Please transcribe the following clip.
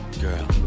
girl